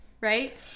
right